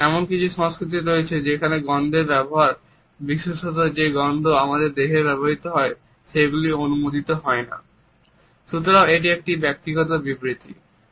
এমন কিছু সংস্কৃতি রয়েছে যেখানে গন্ধের ব্যবহার বিশেষত যে গন্ধ আমাদের দেহে ব্যবহৃত হয় সেগুলি অনুমোদিত হয় না